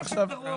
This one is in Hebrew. מהחוק.